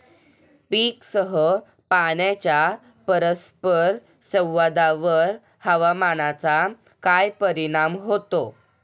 पीकसह पाण्याच्या परस्पर संवादावर हवामानाचा काय परिणाम होतो?